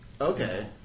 Okay